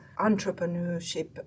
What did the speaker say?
entrepreneurship